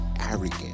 arrogant